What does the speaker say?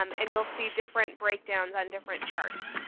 um and you'll see different breakdowns on different charts.